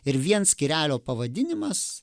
ir vien skyrelio pavadinimas